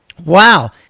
Wow